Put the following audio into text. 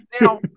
Now